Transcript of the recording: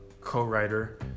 co-writer